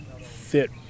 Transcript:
fit